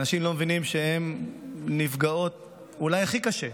אנשים לא מבינים שהן נפגעות אולי הכי קשה.